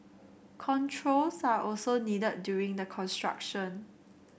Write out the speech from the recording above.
controls are also needed during the construction